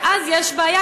ואז יש בעיה,